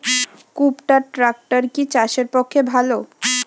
কুবটার ট্রাকটার কি চাষের পক্ষে ভালো?